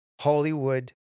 Hollywood